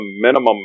minimum